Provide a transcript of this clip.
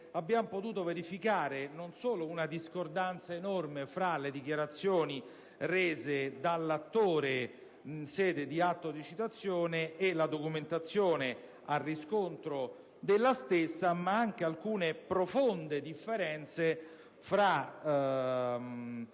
abbiamo potuto verificare non solo un discordanza enorme tra le dichiarazioni rese dall'attore in sede di atto di citazione e la documentazione a riscontro della stessa, ma anche alcune profonde differenze tra